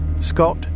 Scott